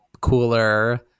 cooler